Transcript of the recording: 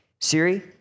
Siri